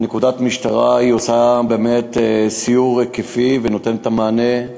נקודת המשטרה עושה סיור היקפי ונותנת את המענה,